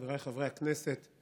חבריי חברי הכנסת,